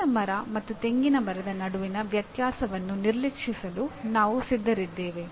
ಮಾವಿನ ಮರ ಮತ್ತು ತೆಂಗಿನ ಮರದ ನಡುವಿನ ವ್ಯತ್ಯಾಸವನ್ನು ನಿರ್ಲಕ್ಷಿಸಲು ನಾವು ಸಿದ್ಧರಿದ್ದೇವೆ